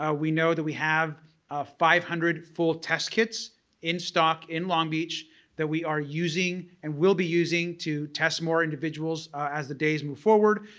ah we know that we have five hundred full test kits in stock in long beach that we are using and we'll be using to test more individuals as the days move forward.